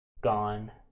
Gone